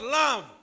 love